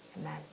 Amen